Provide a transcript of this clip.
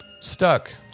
Stuck